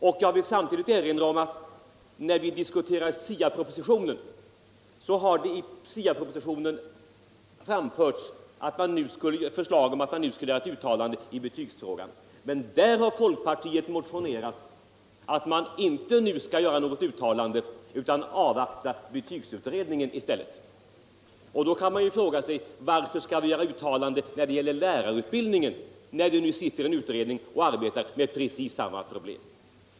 Jag vill samtidigt erinra om att det i SIA-propositionen har framförts förslag om att riksdagen nu skulle göra ett uttalande i betygsfrågan. Men där har folkpartiet motionerat om att riksdagen inte nu skall göra något sådant uttalande utan avvakta betygsutredningen i stället. Då kan man ställa frågan: Varför skall vi göra ett uttalande i betygsfrågan i samband med behandlingen av lärarutbildningen, när det nu sitter en utredning och arbetar med precis samma problem?